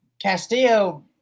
Castillo